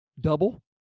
double